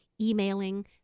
emailing